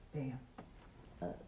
dance